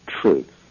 truth